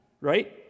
right